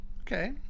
Okay